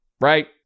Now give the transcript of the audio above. Right